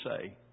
say